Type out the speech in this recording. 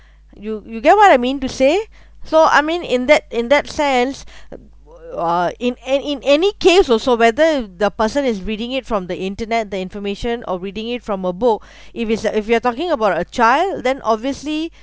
you you get what I mean to say so I mean in that in that sense uh in a~ in any case also whether the person is reading it from the internet the information or reading it from a book if it's uh if you are talking about a child then obviously